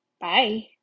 Bye